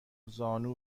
زانو